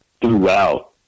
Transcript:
throughout